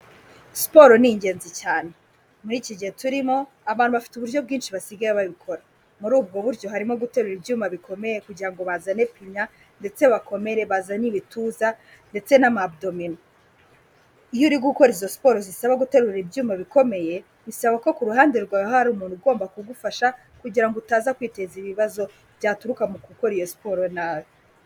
Siporo ni ingenzi cyane. Muri iki gihe turimo, abantu bafite uburyo bwinshi basigaye babikora. Muri ubwo buryo harimo guterura ibyuma bikomeye kugira ngo bazane pinya, ndetse bakomere, bazane ibituza, ndetse na ma budomino. Iyo uri gukora izo siporo zisaba guterura ibyuma bikomeye, bisaba ko ku ruhande rwawe hari umuntu ugomba kugufasha, kugira ngo utaza kwiteza ibibazo, byaturuka mu gukora iyo siporo nabi.